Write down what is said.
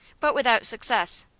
but without success.